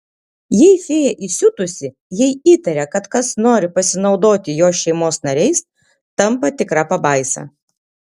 jei fėja įsiutusi jei įtaria kad kas nori pasinaudoti jos šeimos nariais tampa tikra pabaisa